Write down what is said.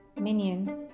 minion